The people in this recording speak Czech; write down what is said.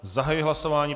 Zahajuji hlasování.